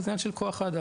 וזה העניין של כוח האדם: